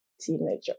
teenager